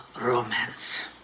romance